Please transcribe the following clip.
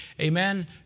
amen